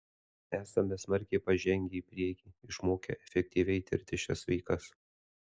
esame smarkiai pažengę į priekį išmokę efektyviai tirti šias veikas